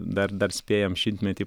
dar dar spėjam šimtmetį